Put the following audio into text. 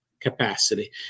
capacity